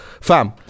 Fam